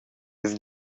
ils